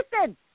Listen